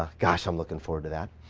ah gosh, i'm looking forward to that.